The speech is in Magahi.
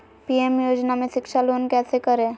पी.एम योजना में शिक्षा लोन कैसे करें?